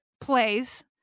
plays